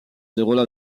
déroulent